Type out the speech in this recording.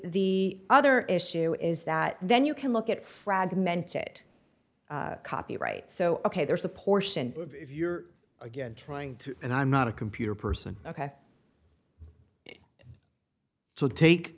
the other issue is that then you can look at fragmented copyright so ok there's a portion of your again trying to and i'm not a computer person ok so take